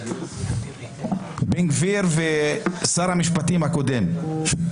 זה בחירה שלך כיושב-ראש הוועדה להוביל לביזיון הכנסת בעניין הזה.